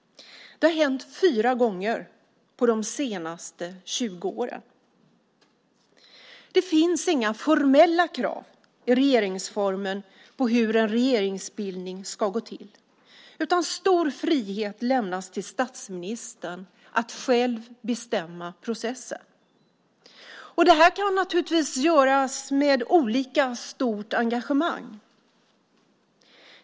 Det har hänt fyra gånger de senaste 20 åren. Det finns inga formella krav i regeringsformen på hur en regeringsbildning ska gå till, utan stor frihet lämnas till statsministern att själv bestämma processen. Det här kan naturligtvis göras med olika stort engagemang.